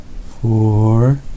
Four